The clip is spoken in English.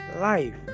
life